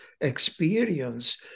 experience